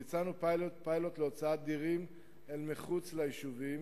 ביצענו פיילוט להוצאת דירים אל מחוץ ליישובים.